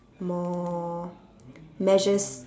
more measures